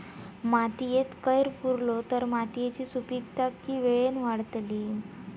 मातयेत कैर पुरलो तर मातयेची सुपीकता की वेळेन वाडतली?